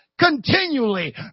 Continually